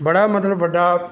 ਬੜਾ ਮਤਲਬ ਵੱਡਾ